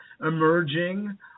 emerging